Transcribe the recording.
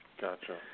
gotcha